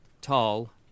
tall